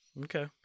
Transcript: Okay